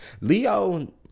Leo